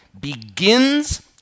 begins